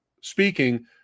speaking